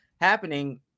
happening